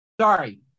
sorry